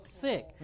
sick